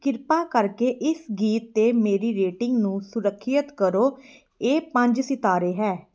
ਕਿਰਪਾ ਕਰਕੇ ਇਸ ਗੀਤ 'ਤੇ ਮੇਰੀ ਰੇਟਿੰਗ ਨੂੰ ਸੁਰੱਖਿਅਤ ਕਰੋ ਇਹ ਪੰਜ ਸਿਤਾਰੇ ਹੈ